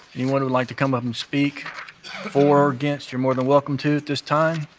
anyone who would like to come up and speak for or against, you're more than welcome to at this time.